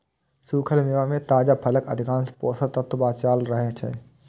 सूखल मेवा मे ताजा फलक अधिकांश पोषक तत्व बांचल रहै छै